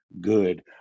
good